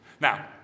Now